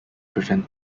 prevent